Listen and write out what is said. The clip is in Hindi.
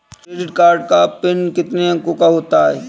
क्रेडिट कार्ड का पिन कितने अंकों का होता है?